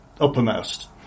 uppermost